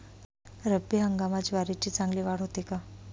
रब्बी हंगामात ज्वारीची चांगली वाढ होते का?